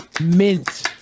mint